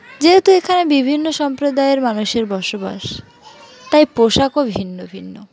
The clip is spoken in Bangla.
যেহেতু এখানে বিভিন্ন সম্প্রদায়ের মানুষের বসবাস তাই পোশাকও ভিন্ন ভিন্ন